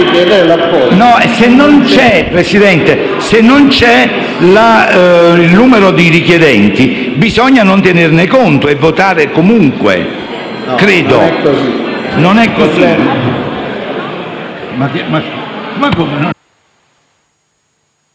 se non c'è il numero di richiedenti, bisogna non tenerne conto e votare comunque. PRESIDENTE. Non è così.